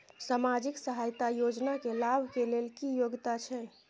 सामाजिक सहायता योजना के लाभ के लेल की योग्यता छै?